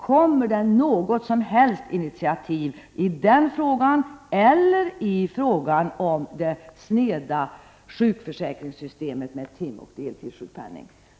Kommer något som helst initiativ att tas i denna fråga eller i fråga om det sneda sjukförsäkringssystemet med timoch deltidssjukpenning?